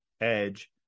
Edge